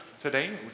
today